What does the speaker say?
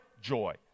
joy